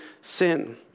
sin